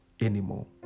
anymore